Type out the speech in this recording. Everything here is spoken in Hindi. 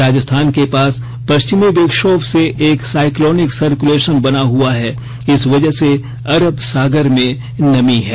राजस्थान के पास पश्चिमी विक्षोभ से एक साइक्लोनिक सर्कलेशन बना हुआ है इस वजह से अरब सागर में नमी है